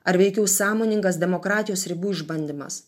ar veikiau sąmoningas demokratijos ribų išbandymas